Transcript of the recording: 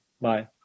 Bye